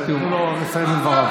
אז תנו לו לסיים את דבריו.